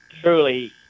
truly